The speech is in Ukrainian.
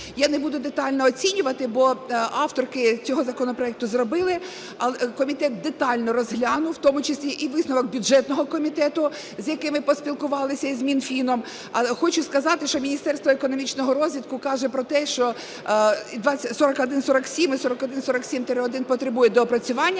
Я не буду детально оцінювати, бо авторки цього законопроекту зробили, комітет детально розглянув, в тому числі і висновок бюджетного комітету, за яким поспілкувалися з Мінфіном. Але хочу сказати, що Міністерство економічного розвитку каже про те, що 4147 і 4147-1 потребують доопрацювання.